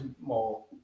more